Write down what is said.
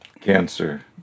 cancer